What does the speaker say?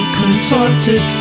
contorted